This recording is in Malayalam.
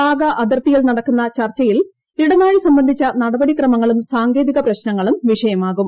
വാഗാ അതിർത്തിയിൽ നടക്കുന്ന ചർച്ചയിൽ ഇടനാഴി സംബന്ധിച്ച നടപടിക്രമങ്ങളും സാങ്കേതിക പ്രശ്നങ്ങളും വിഷയമാകും